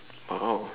!wow!